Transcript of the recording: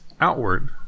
outward